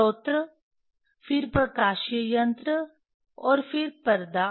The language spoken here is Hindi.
स्रोत फिर प्रकाशीय यंत्र और फिर पर्दा